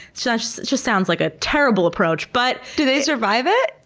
just just sounds like a terrible approach, but, do they survive it?